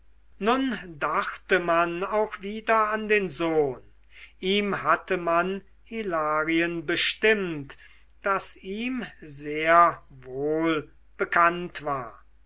nun dachte man auch wieder an den sohn ihm hatte man hilarien bestimmt das ihm sehr wohl bekannt war